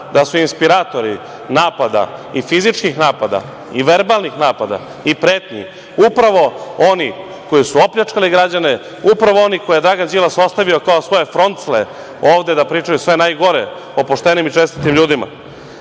da su inspiratori napada i fizičkih napada i verbalnih napada i pretnji upravo oni koji su opljačkali građane, upravo oni koji je Dragan Đilas ostavio kao svoje froncle ovde da pričaju sve najgore o poštenim i čestitim ljudima.Zašto